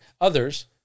Others